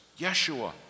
Yeshua